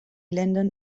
ländern